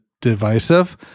divisive